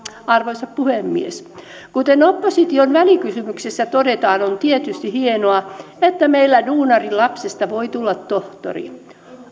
arvoisa puhemies kuten opposition välikysymyksessä todetaan on tietysti hienoa että meillä duunarin lapsesta voi tulla tohtori